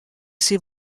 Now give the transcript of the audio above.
sie